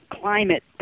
climate